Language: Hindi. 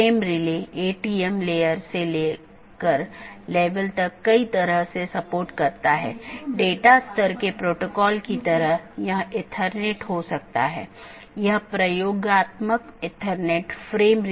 और जब यह विज्ञापन के लिए होता है तो यह अपडेट संदेश प्रारूप या अपडेट संदेश प्रोटोकॉल BGP में उपयोग किया जाता है हम उस पर आएँगे कि अपडेट क्या है